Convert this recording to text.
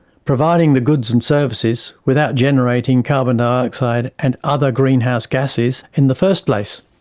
providing the goods and services without generating carbon dioxide and other greenhouse gases in the first place.